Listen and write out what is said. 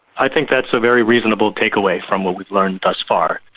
i think that's a very reasonable take-away from what we've learned thus far.